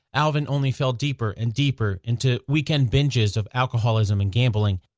alvin only fell deeper and deeper into weekend binges of alcoholism and gambling.